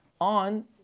on